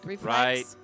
Right